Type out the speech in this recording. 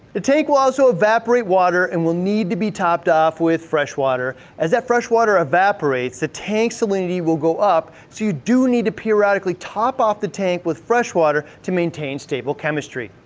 the tank will also evaporate water and will need to be topped off with freshwater. as that freshwater evaporates, the tank salinity will go up, so you do need to periodically top off the tank with freshwater to maintain stable chemistry.